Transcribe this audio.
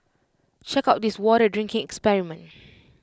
check out this water drinking experiment